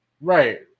Right